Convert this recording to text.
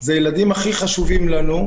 זה הילדים שהכי חשובים לנו.